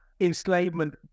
enslavement